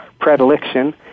predilection